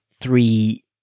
three